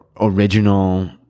original